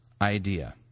idea